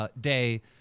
day